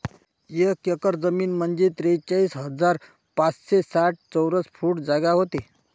एक एकर जमीन म्हंजे त्रेचाळीस हजार पाचशे साठ चौरस फूट जागा व्हते